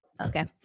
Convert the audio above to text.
Okay